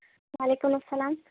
وعلیکم السّلام